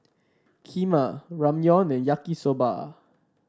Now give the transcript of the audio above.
Kheema Ramyeon and Yaki Soba